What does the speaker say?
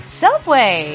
subway